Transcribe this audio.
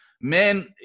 men